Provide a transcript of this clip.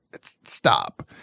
stop